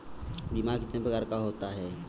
बीमा कितने प्रकार का होता है?